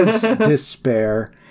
despair